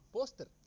Poster